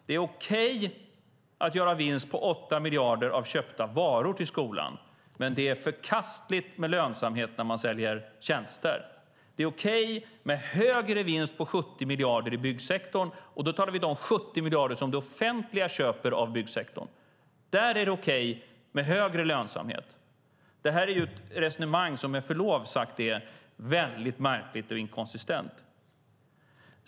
Det är okej att göra en vinst på 8 miljarder avseende köpta varor till skolan, men det är förkastligt med lönsamhet när man säljer tjänster. Det är okej med en högre vinst, på 70 miljarder, i byggsektorn, och då talar vi om de 70 miljarder som det offentliga köper för av byggsektorn. Där är det okej med högre lönsamhet. Detta resonemang är med förlov sagt väldigt märkligt och inkonsekvent.